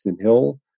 Hill